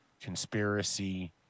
Conspiracy